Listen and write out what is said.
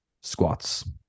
squats